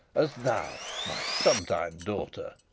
as thou my sometime daughter.